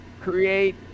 create